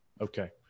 Okay